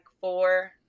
four